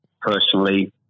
personally